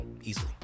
easily